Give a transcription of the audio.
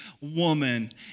woman